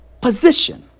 position